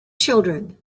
children